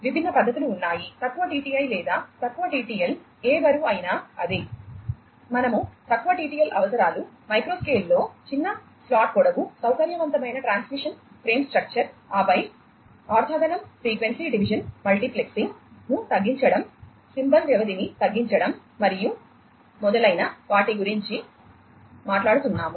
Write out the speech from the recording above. విభిన్న పద్ధతులు ఉన్నాయి తక్కువ టిటిఐ ను తగ్గించడం సింబల్ వ్యవధిని తగ్గించడం మరియు మొదలైన వాటి గురించి మాట్లాడుతున్నాము